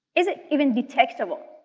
is it even detectable?